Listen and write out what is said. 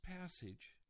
passage